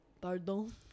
pardon